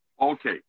Okay